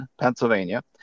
Pennsylvania